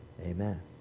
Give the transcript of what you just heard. Amen